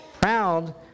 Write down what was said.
proud